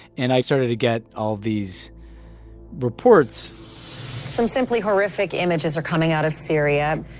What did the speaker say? and i started to get all of these reports some simply horrific images are coming out of syria.